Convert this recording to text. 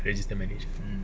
easy to manage lah